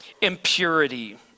impurity